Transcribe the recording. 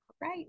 Right